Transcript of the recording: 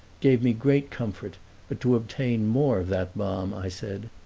gave me great comfort but to obtain more of that balm i said,